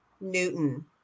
Newton